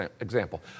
example